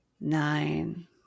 Nine